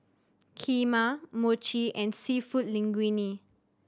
Kheema Mochi and Seafood Linguine